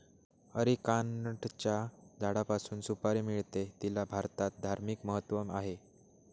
अरिकानटच्या झाडापासून सुपारी मिळते, तिला भारतात धार्मिक महत्त्व आहे